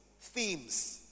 themes